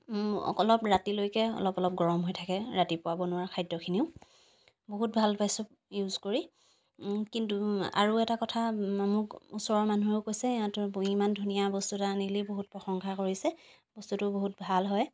অলপ ৰাতিলৈকে অলপ অলপ গৰম হৈ থাকে ৰাতিপুৱা বনোৱা খাদ্যখিনিও বহুত ভাল পাইছোঁ ইউজ কৰি কিন্তু আৰু এটা কথা মোক ওচৰৰ মানুহেও কৈছে ইহঁতক ইমান ধুনীয়া বস্তু এটা আনিলি বহুত প্ৰশংসা কৰিছে বস্তুটো বহুত ভাল হয়